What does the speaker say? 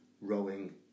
Rowing